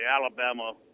Alabama